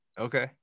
Okay